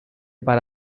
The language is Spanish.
para